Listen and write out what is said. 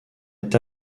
est